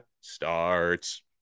starts